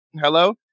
Hello